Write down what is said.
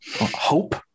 hope